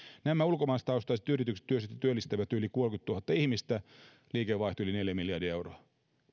nämä ulkomaalaistaustaiset yritykset työllistävät työllistävät yli kolmekymmentätuhatta ihmistä liikevaihto on yli neljä miljardia euroa